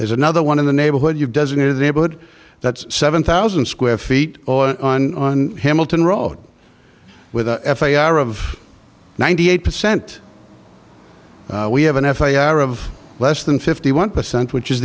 there's another one in the neighborhood you've designated the neighborhood that's seven thousand square feet or on hamilton road with a f a r of ninety eight percent we have an f a are of less than fifty one percent which is